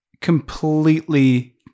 completely